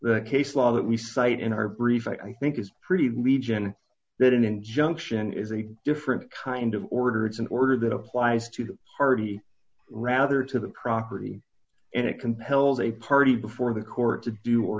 that case law that we cite in our brief i think is pretty legion that an injunction is a different kind of order it's an order that applies to the party rather to the property and it compels a party before the court to do or